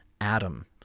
Adam